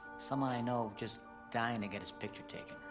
someone i know just dying to get his picture taken.